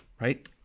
right